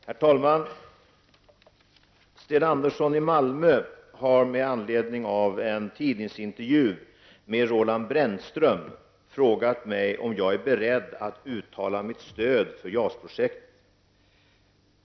Herr talman! Sten Andersson i Malmö har med anledning av en tidningsintervju med Roland Brännström frågat mig om jag är beredd att uttala mitt stöd för JAS-projektet.